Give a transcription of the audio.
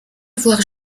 avoir